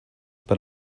per